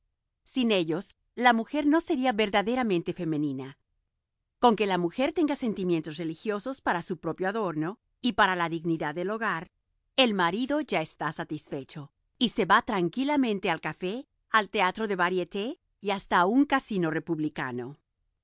sin ellos la mujer no sería verdaderamente femenina con que la mujer tenga sentimientos religiosos para su propio adorno y para la dignidad del hogar el marido ya está satisfecho y se va tranquilamente al café al teatro de variétés y hasta a un casino republicano